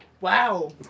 Wow